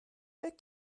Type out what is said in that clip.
فکر